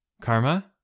Karma